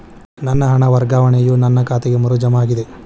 ನನ್ನ ಹಣ ವರ್ಗಾವಣೆಯು ನನ್ನ ಖಾತೆಗೆ ಮರು ಜಮಾ ಆಗಿದೆ